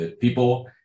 people